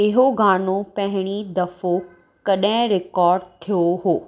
इहो गानो पहिरीं दफ़ो कॾहिं रिकार्ड थियो हो